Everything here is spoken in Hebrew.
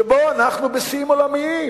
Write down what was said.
שבהן אנחנו בשיאים עולמיים